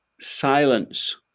silence